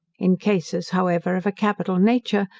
in cases, however, of a capital nature,